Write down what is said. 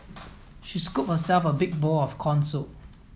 she scooped herself a big bowl of corn soup